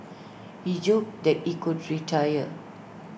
he joked that he would retire